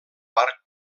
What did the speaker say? parc